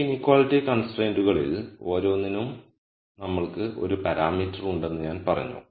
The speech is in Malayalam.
ഈ ഇനീക്വളിറ്റി കൺസ്ട്രെന്റുകളിൽ ഓരോന്നിനും നമ്മൾക്ക് ഒരു പാരാമീറ്റർ ഉണ്ടെന്ന് ഞാൻ പറഞ്ഞു